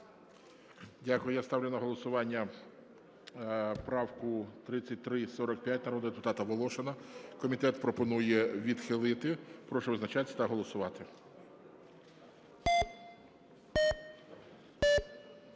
Дякую. Я ставлю на голосування правку 3345 народного депутата Волошина. Комітет пропонує відхилити. Прошу визначатись та голосувати.